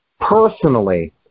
personally